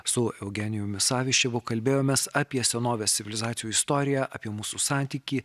su eugenijumi saviščevu kalbėjomės apie senovės civilizacijų istoriją apie mūsų santykį